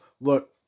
look